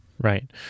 right